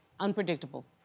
Unpredictable